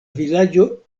vilaĝo